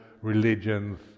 religions